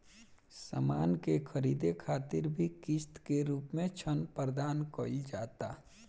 सामान के ख़रीदे खातिर भी किस्त के रूप में ऋण प्रदान कईल जाता